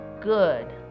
good